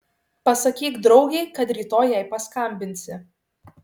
pasakyk draugei kad rytoj jai paskambinsi